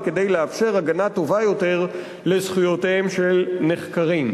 וכדי לאפשר הגנה טובה יותר לזכויותיהם של נחקרים.